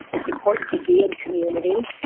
it's important to be in community.